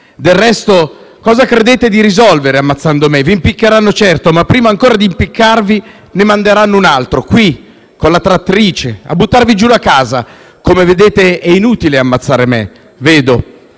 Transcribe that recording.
Del resto, cosa credete di risolvere ammazzando me? Vi impiccheranno, certo, ma prima ancora d'impiccarvi ne manderanno un altro qui, con la trattrice, a buttarvi giù la casa. Come vedete, è inutile ammazzare me. "Vedo",